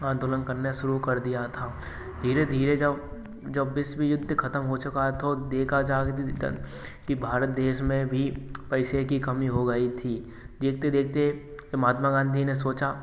आंदोलन करना शुरू कर दिया था धीरे धीरे जब जब विश्व युद्ध ख़त्म हो चुका थो देखा जाके भीतर कि भारत देश में भी पैसे की कमी हो गई थी देखते देखते महात्मा गांधी ने सोचा